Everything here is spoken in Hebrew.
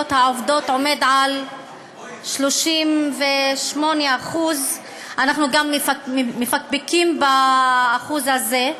העובדות הוא 38%. אנחנו גם מפקפקים בנתון הזה,